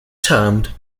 termed